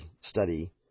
study